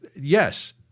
Yes